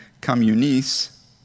communis